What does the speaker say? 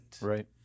right